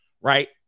right